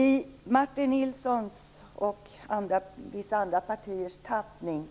I Martin Nilssons partis och vissa andra partiers tappning